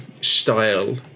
style